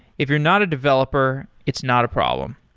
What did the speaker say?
if you're not a developer, it's not a problem.